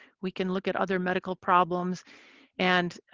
we can look at other medical problems and